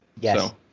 Yes